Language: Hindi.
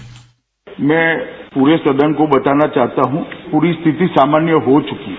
बाइट मैं पूरे सदन को बताना चाहता हूं पूरी स्थिति सामान्य हो चुकी है